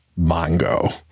Mongo